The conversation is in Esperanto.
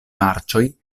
marĉoj